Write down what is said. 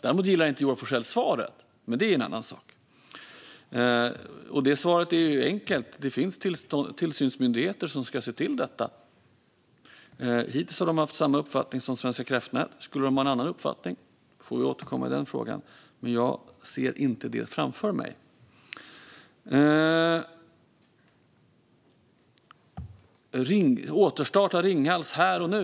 Däremot gillar inte Joar Forssell svaren, men det är en annan sak. Svaret är enkelt. Det finns tillsynsmyndigheter som ska se till detta. Hittills har de haft samma uppfattning som Svenska kraftnät. Skulle de komma att ha en annan uppfattning får vi återkomma i den frågan. Men jag ser inte det framför mig. Joar Forssell talar om att återstarta Ringhals här och nu.